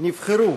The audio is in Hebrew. נבחרו